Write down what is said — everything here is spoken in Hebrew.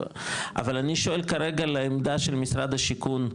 אבל אני שואל כרגע לעמדה של משרד השיכון,